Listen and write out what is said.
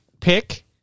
pick